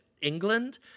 England